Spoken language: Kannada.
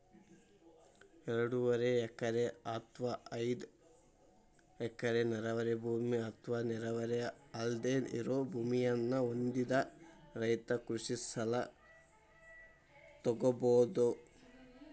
ಎರಡೂವರೆ ಎಕರೆ ಅತ್ವಾ ಐದ್ ಎಕರೆ ನೇರಾವರಿ ಭೂಮಿ ಅತ್ವಾ ನೇರಾವರಿ ಅಲ್ದೆ ಇರೋ ಭೂಮಿಯನ್ನ ಹೊಂದಿದ ರೈತ ಕೃಷಿ ಸಲ ತೊಗೋಬೋದು